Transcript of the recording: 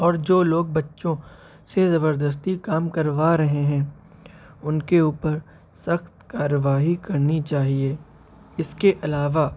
اور جو لوگ بچوں سے زبردستی کام کروا رہے ہیں ان کے اوپر سخت کارروائی کرنی چاہیے اس کے علاوہ